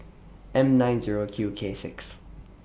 M nine Zero Q K six